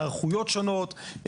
היערכויות שונות,